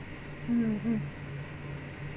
mm mm